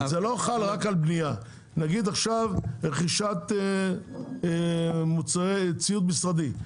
זה לא חל רק על בנייה, למשל רכישת ציוד משרדי.